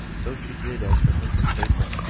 so she did as her husband bade her,